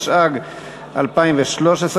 התשע"ג 2013,